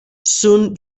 soon